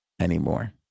anymore